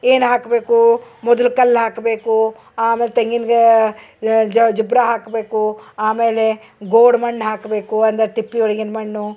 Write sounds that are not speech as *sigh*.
ಏನು ಹಾಕಬೇಕು ಮೊದಲು ಕಲ್ಲು ಹಾಕಬೇಕು ಆಮೇಲೆ ತೆಂಗನ್ನ *unintelligible* ಹಾಕಬೇಕು ಆಮೇಲೆ ಗೋಡೆ ಮಣ್ಣು ಹಾಕಬೇಕು ಅಂದ ತಿಪ್ಪಿ ಒಳಗಿನ ಮಣ್ಣು